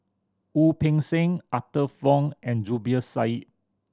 Wu Peng Seng Arthur Fong and Zubir Said